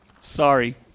sorry